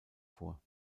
vor